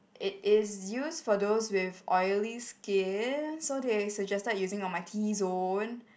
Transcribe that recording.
it is use for those with oily skin so they suggested using on my T zone